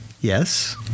Yes